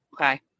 Okay